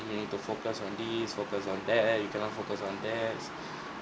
you need to focus on this focus on that you cannot focus on that